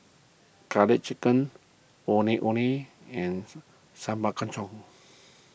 Garlic Chicken Ondeh Ondeh and Sambal Kangkongs